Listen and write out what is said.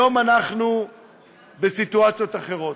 היום אנחנו בסיטואציות אחרות.